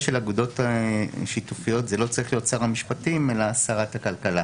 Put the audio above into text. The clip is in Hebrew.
של אגודות שיתופיות זה לא צריך להיות שר המשפטים אלא שרת הכלכלה.